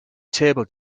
table